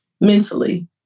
mentally